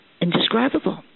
indescribable